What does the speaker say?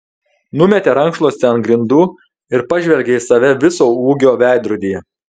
numetė rankšluostį ant grindų ir pažvelgė į save viso ūgio veidrodyje